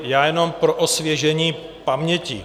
Já jenom pro osvěžení paměti.